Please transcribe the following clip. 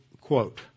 quote